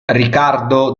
ricardo